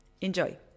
Enjoy